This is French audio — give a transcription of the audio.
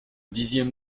dixième